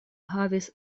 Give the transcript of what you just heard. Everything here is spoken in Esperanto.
havis